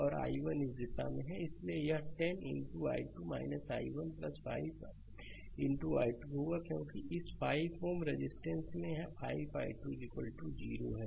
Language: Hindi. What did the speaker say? और i1 इस दिशा में है इसलिए यह 10 i2 i1 5 i2 होगा क्योंकि इस 5 Ω रेजिस्टेंस में यह 5 i2 0 है